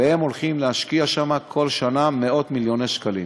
והם הולכים להשקיע שם בכל שנה מאות-מיליוני שקלים.